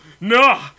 no